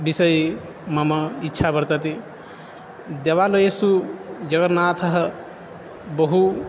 विषये मम इच्छा वर्तते देवालयेषु जगन्नाथः बहु